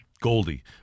Goldie